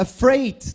Afraid